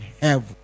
heaven